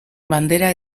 bandera